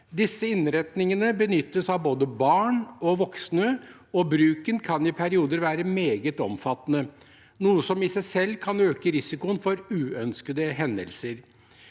Disse innretningene benyttes av både barn og voksne, og bruken kan i perioder være meget omfattende, noe som i seg selv kan øke risikoen for uønskede hendelser.